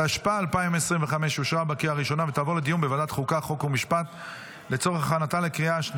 התשפ"ה,2025, לוועדת החוקה, חוק ומשפט נתקבלה.